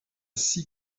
six